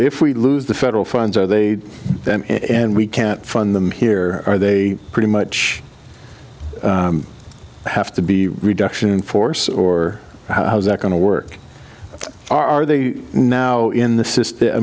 if we lose the federal funds are they and we can't fund them here are they pretty much have to be reduction in force or how's that going to work are they now in the system i